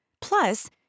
Plus